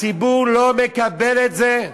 הציבור לא מקבל את זה,